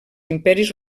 imperis